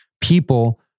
People